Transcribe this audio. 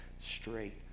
straight